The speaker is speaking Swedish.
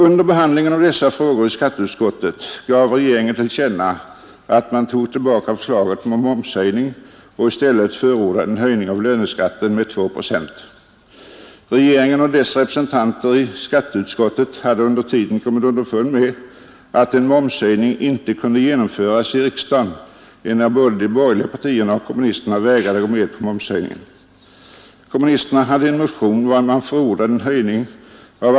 Under behandlingen av dessa frågor i skatteutskottet gav regeringen till känna att man tog tillbaka förslaget om momshöjning och i stället förordade en höjning av löneskatten med 2 procent. Regeringen och dess representanter i skatteutskottet hade under tiden kommit underfund med att en momshöjning inte kunde genomföras i riksdagen, enär både de borgerliga partierna och kommunisterna vägrade gå med på en momshöjning.